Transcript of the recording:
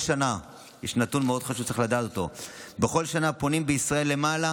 יש נתון חשוב מאוד שצריך לדעת: בכל שנה פונים בישראל למעלה